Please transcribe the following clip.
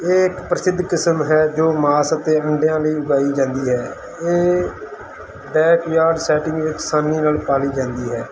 ਇਹ ਇੱਕ ਪ੍ਰਸਿੱਧ ਕਿਸਮ ਹੈ ਜੋ ਮਾਸ ਅਤੇ ਅੰਡਿਆਂ ਲਈ ਉਗਾਈ ਜਾਂਦੀ ਹੈ ਇਹ ਬੈਕਯਾਰਡ ਸੈਟਿੰਗ ਵਿੱਚ ਅਸਾਨੀ ਨਾਲ ਪਾਲੀ ਜਾਂਦੀ ਹੈ